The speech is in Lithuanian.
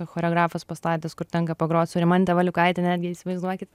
choreografas pastatęs kur tenka pagrot su rimante valiukaite netgi įsivaizduokit